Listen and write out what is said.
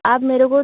आप मेरे को